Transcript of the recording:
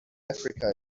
africa